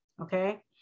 Okay